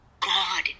God